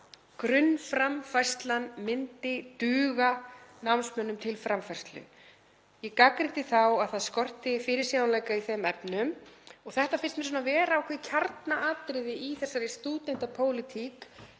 grunnframfærslan myndi duga námsmönnum til framfærslu. Ég gagnrýndi þá að það skorti fyrirsjáanleika í þeim efnum og þetta finnst mér vera ákveðin kjarnaatriði í þessari stúdentapólitík,